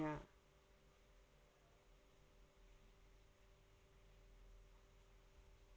ya